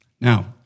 Now